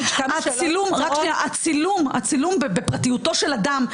הצילום בפרטיותו של אדם,